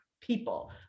people